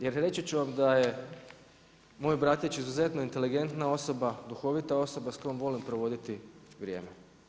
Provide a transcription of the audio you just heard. Jer reći ću vam je da je moj bratić izuzetno inteligentna osoba, duhovita osoba s kojom volim provoditi vrijeme.